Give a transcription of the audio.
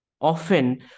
Often